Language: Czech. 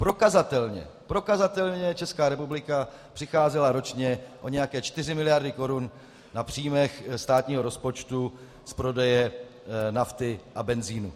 Prokazatelně, prokazatelně Česká republika přicházela ročně o nějaké čtyři miliardy korun na příjmech státního rozpočtu z prodeje nafty a benzinu.